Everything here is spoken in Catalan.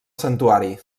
santuari